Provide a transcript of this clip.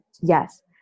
Yes